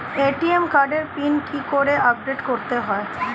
ATM কার্ডের PIN কি করে আপডেট করতে হয়?